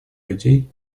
людей